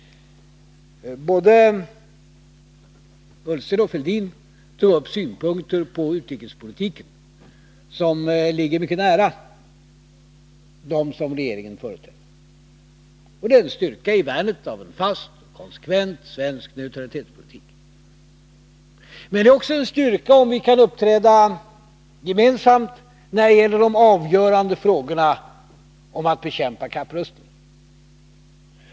Både Ola Ullsten och Thorbjörn Fälldin tog upp synpunkter på utrikespolitiken som ligger mycket nära dem som regeringen företräder. Det är en styrka i värnet av en fast och konsekvent svensk neutralitetspolitik. Meri det är också en styrka om vi kan uppträda gemensamt när det gäller de avgörande frågorna om att bekämpa kapprustningen.